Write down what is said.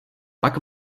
pak